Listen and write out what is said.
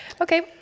Okay